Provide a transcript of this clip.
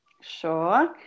Sure